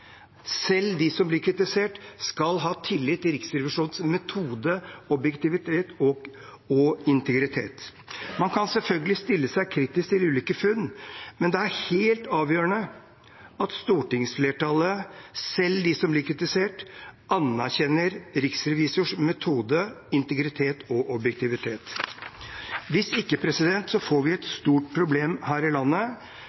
Selv de som blir kritisert, skal ha tillit til Riksrevisjonens metode, objektivitet og integritet. Man kan selvfølgelig stille seg kritisk til ulike funn, men det er helt avgjørende at stortingsflertallet, selv de som blir kritisert, anerkjenner Riksrevisjonens metode, integritet og objektivitet. Hvis ikke får vi et